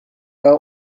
jou